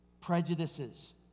prejudices